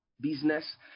business